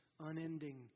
unending